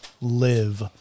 live